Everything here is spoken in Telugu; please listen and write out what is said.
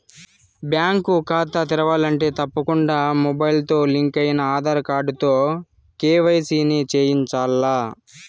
బ్యేంకు కాతా తెరవాలంటే తప్పకుండా మొబయిల్తో లింకయిన ఆదార్ కార్డుతో కేవైసీని చేయించాల్ల